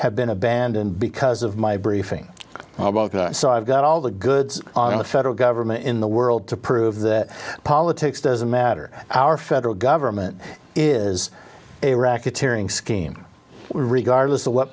have been abandoned because of my briefing so i've got all the goods on the federal government in the world to prove that politics doesn't matter our federal government is a racketeering scheme regardless of what